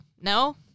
No